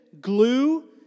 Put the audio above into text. glue